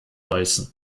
beißen